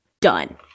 Done